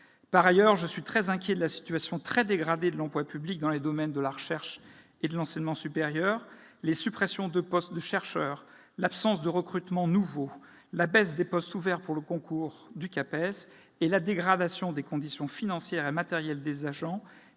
Par ailleurs, je suis très inquiet de la situation très dégradée de l'emploi public dans les domaines de la recherche et de l'enseignement supérieur. Les suppressions de postes de chercheurs, l'absence de recrutement nouveau, la baisse des postes ouverts au concours du CAPES et la dégradation des conditions financières et matérielles des agents